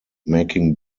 making